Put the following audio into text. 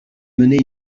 mener